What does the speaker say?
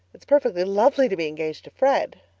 it's perfectly lovely to be engaged to fred.